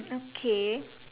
okay